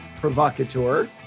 Provocateur